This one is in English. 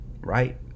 right